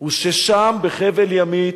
הוא ששם, בחבל-ימית,